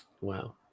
wow